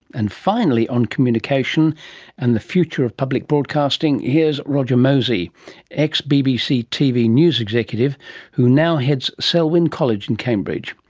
and finally, on communication and the future of public broadcasting, here's roger mosey, an ex-bbc tv news executive who now heads selwyn college in cambridge.